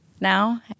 now